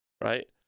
right